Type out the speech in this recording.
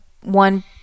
one